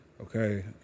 Okay